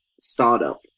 startup